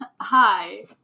Hi